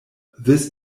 this